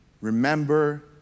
Remember